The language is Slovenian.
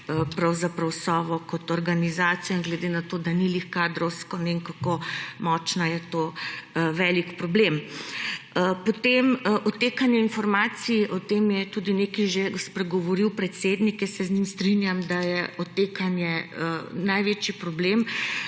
pravzaprav Sovo kot organizacijo. Glede na to, da kadrovsko ni ravno ne vem kako močna, je to velik problem. Potem odtekanje informacij. O tem je tudi nekaj že spregovoril predsednik. Jaz se z njim strinjam, da je odtekanje največji problem.